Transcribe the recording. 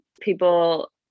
people